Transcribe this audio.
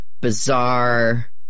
bizarre